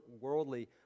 worldly